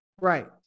Right